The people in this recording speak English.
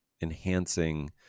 enhancing